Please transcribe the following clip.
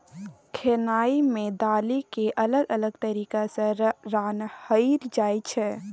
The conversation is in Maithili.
खेनाइ मे दालि केँ अलग अलग तरीका सँ रान्हल जाइ छै